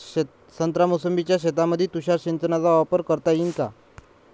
संत्रा मोसंबीच्या शेतामंदी तुषार सिंचनचा वापर करता येईन का?